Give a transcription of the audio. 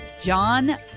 John